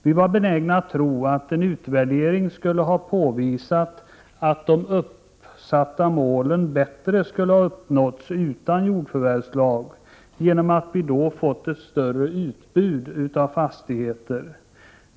Vi var benägna att tro att en utvärdering skulle ha påvisat att de uppsatta målen bättre skulle ha uppnåtts utan jordförvärvslag, genom att vi då fått ett större utbud av fastigheter.